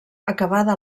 acabada